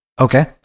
Okay